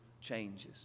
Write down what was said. changes